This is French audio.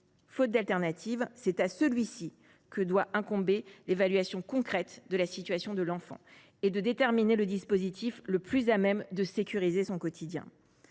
autre solution, c’est à ce dernier que doit incomber l’évaluation concrète de la situation de l’enfant et le choix du dispositif le plus à même de sécuriser son quotidien.